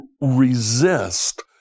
resist